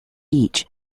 each